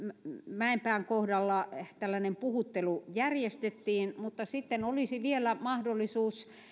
mäenpään kohdalla tällainen puhuttelu järjestettiin mutta sitten olisi vielä mahdollisuus